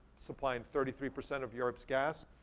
supplying thirty three percent of europe's gas,